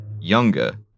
younger